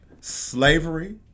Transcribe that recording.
slavery